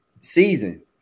season